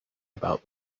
about